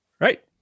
right